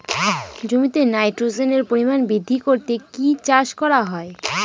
জমিতে নাইট্রোজেনের পরিমাণ বৃদ্ধি করতে কি চাষ করা হয়?